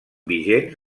vigents